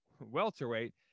welterweight